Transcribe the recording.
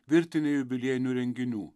virtinė jubiliejinių renginių